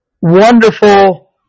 wonderful